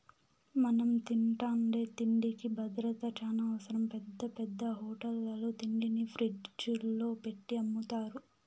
మనం తింటాండే తిండికి భద్రత చానా అవసరం, పెద్ద పెద్ద హోటళ్ళల్లో తిండిని ఫ్రిజ్జుల్లో పెట్టి అమ్ముతారు